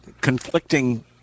conflicting